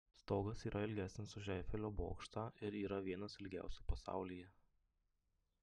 stogas yra ilgesnis už eifelio bokštą ir yra vienas ilgiausių pasaulyje